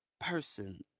person